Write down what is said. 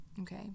Okay